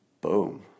Boom